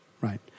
right